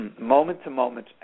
moment-to-moment